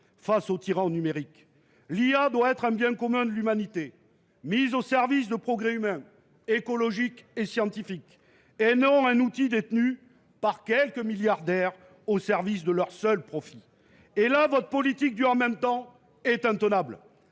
face aux tyrans numériques ? L’IA doit être un bien commun de l’humanité, mis au service de progrès humains, écologiques et scientifiques, et non un outil détenu par quelques milliardaires et mis au service de leurs seuls profits. À cet égard, votre politique du « en même temps » est intenable